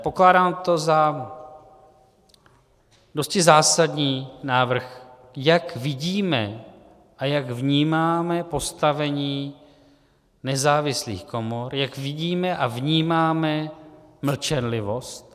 Pokládám to za dosti zásadní návrh, jak vidíme a jak vnímáme postavení nezávislých komor, jak vidíme a vnímáme mlčenlivost.